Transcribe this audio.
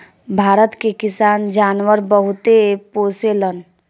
भारत के किसान जानवर बहुते पोसेलन